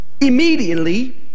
Immediately